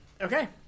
Okay